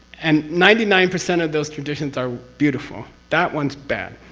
and ninety nine percent of those traditions are beautiful. that one's bad!